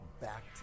back